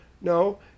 no